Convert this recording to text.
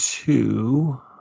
Two